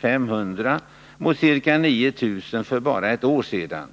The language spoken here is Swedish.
500 mot ca 9 000 för bara ett år sedan.